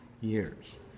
years